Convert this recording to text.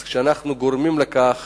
אז כשאנחנו גורמים לכך